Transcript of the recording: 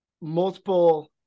multiple